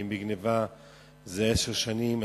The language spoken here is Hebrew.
ואם בגנבה זה עשר שנים,